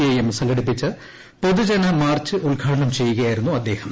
I M സംഘടിപ്പിച്ച പൊതുജന മാർച്ച് ഉദ്ഘാടനം ചെയ്യുകയായിരുന്നു അദ്ദേഹം